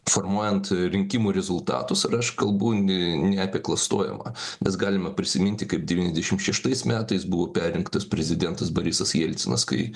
formuojant rinkimų rezultatus ir aš kalbu n ne apie klastojimą nes galima prisiminti kaip devyniasdešim šeštais metais buvo perrinktas prezidentas borisas jelcinas kai